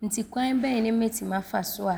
Nti kwan bɛn ne mɛtim afa so a